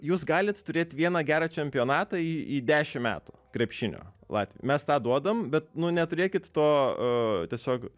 jūs galit turėt vieną gerą čempionatą į į dešim metų krepšinio latviai mes tą duodam bet nu neturėkit to tiesiog